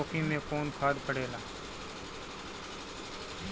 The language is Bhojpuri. लौकी में कौन खाद पड़ेला?